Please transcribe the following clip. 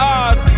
eyes